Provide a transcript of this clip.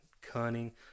cunning